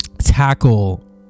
tackle